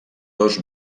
dos